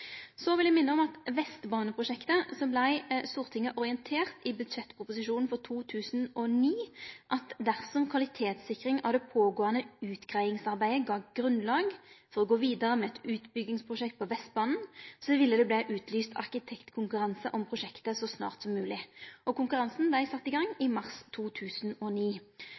vil eg minne om at Stortinget i budsjettproposisjonen for 2009 vart orientert om at dersom kvalitetssikring av det pågåande utgreiingsarbeidet gav grunnlag for å gå vidare med eit utbyggingsprosjekt på Vestbanen, ville det verte lyst ut arkitektkonkurranse om prosjektet så snart som mogleg. Konkurransen vart sett i gang i mars 2009.